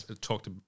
talked